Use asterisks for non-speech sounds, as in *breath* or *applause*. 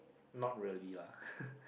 not really lah *breath*